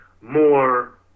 more